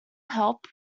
help